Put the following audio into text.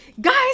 guys